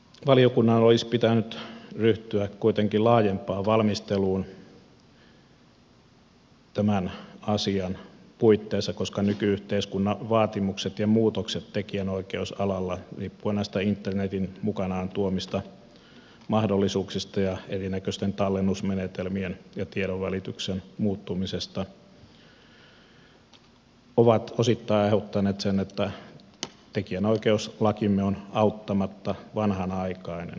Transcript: valiokunnan olisi pitänyt ryhtyä kuitenkin laajempaan valmisteluun tämän asian puitteissa koska nyky yhteiskunnan vaatimukset ja muutokset tekijänoikeusalalla riippuen näistä internetin mukanaan tuomista mahdollisuuksista ja erinäköisten tallennusmenetelmien ja tiedonvälityksen muuttumisesta ovat osittain aiheuttaneet sen että tekijänoikeuslakimme on auttamatta vanhanaikainen